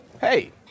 hey